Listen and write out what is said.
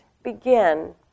begin